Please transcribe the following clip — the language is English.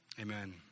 Amen